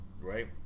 Right